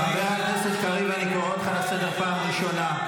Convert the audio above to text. חבר הכנסת קריב, אני קורא אותך לסדר פעם ראשונה.